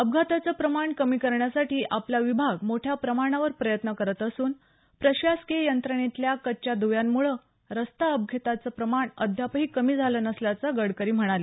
अपघातांचं प्रमाण कमी करण्यासाठी आपला विभाग मोठ्या प्रमाणावर प्रयत्न करत असून प्रशासकीय यंत्रणेतल्या कच्च्या दुव्यांमुळे रस्ते अपघातांचं प्रमाण अद्यापही कमी झालं नसल्याचं गडकरी म्हणाले